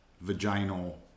Vaginal